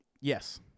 Yes